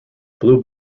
blue